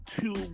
two